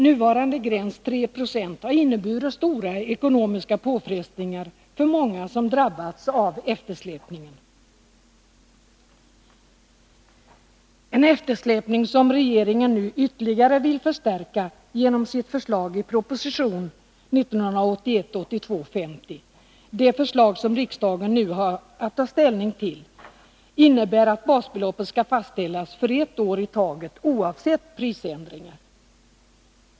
Nuvarande gräns, 3 920, har inneburit stora ekonomiska påfrestningar för många som drabbats av eftersläpningen — en eftersläpning som regeringen ytterligare vill förstärka genom sitt förslag i proposition 1981/82:50. Det förslag som riksdagen nu har Nr 49 att ta ställning till innebär att basbeloppet skall fastställas för ett år i taget oavsett prisändringar.